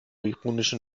ironischen